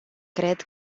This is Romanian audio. cred